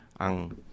Ang